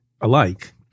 alike